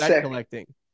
collecting